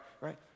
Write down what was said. right